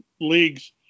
leagues